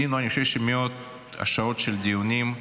אני חושב שעשינו מאות שעות של דיונים.